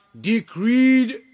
decreed